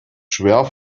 schwer